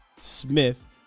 Smith